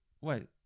wait